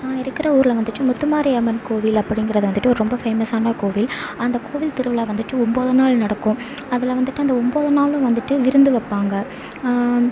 நான் இருக்கிற ஊரில் வந்துவிட்டு முத்துமாரியம்மன் கோவில் அப்படிங்கிறது வந்துவிட்டு ரொம்ப ஃபேமஸான கோவில் அந்த கோவில் திருவிழா வந்துவிட்டு ஒம்பது நாள் நடக்கும் அதில் வந்துவிட்டு அந்த ஒம்பது நாளும் வந்துட்டு விருந்து வைப்பாங்க